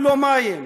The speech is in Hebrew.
ללא מים.